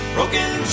Broken